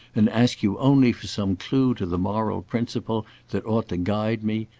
and ask you only for some clue to the moral principle that ought to guide me,